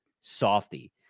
softy